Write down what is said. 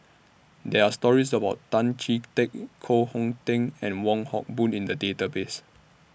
There Are stories about Tan Chee Teck Koh Hong Teng and Wong Hock Boon in The Database